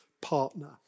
partner